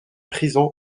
prison